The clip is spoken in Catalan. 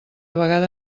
vegada